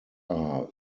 are